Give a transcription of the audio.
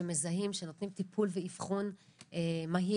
שמזהים, שנותנים טיפול ואבחון מהיר.